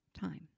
time